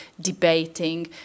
debating